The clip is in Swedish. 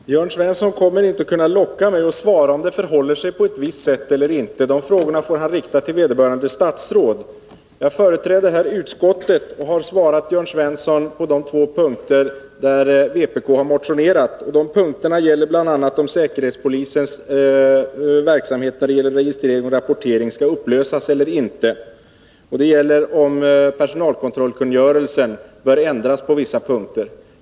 Herr talman! Jörn Svensson kommer inte att kunna locka mig att svara om det förhåller sig på ett visst sätt eller inte. De frågorna får han rikta till vederbörande statsråd. Jag företräder här utskottet och har svarat Jörn Svensson på de två punkter där vpk har motionerat. De punkterna avser bl.a. säkerhetspolisens verksamhet när det gäller om registrering och rapportering skall upphöra eller inte, och de avser om personalkontrollkungörelsen bör ändras på en viss punkt.